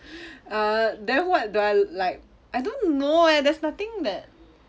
uh then what do I like I don't know leh there's nothing that